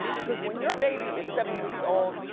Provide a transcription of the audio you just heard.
because when your baby is seven weeks old,